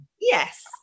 yes